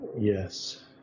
yes